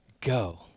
go